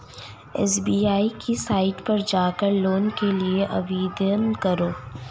SBI की site पर जाकर लोन के लिए आवेदन करो